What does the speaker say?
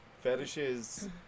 fetishes